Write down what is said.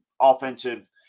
offensive